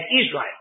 Israel